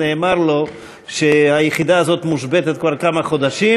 נאמר לו שהיחידה הזאת מושבתת כבר כמה חודשים,